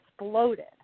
exploded